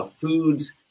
Foods